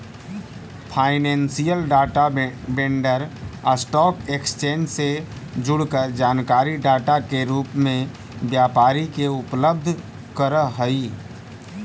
financial data vendor stock exchange से जुड़ल जानकारी डाटा के रूप में व्यापारी के उपलब्ध करऽ हई